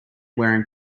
wearing